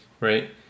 right